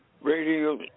radio